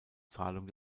zahlung